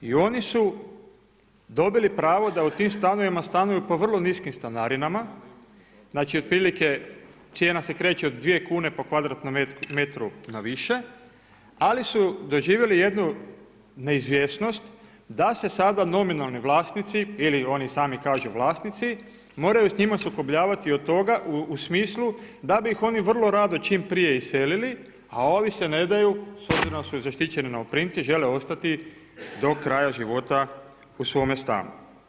I oni su dobili pravo da u tim stanovima stanuju po vrlo niskim stanarinama, znači otprilike cijena se kreće od 2 kune po kvadratnom metru na više ali su doživjeli jednu neizvjesnost da se sada nominalni vlasnici ili oni sami kažu vlasnici moraju s njima sukobljavati od toga, u smislu da bi ih oni vrlo rado čim prije iselili a ovi se ne daju s obzirom da su zaštićeni najmoprimci žele ostati do kraja života u svome stanu.